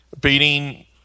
beating